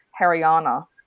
Haryana